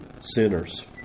sinners